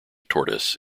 tortoise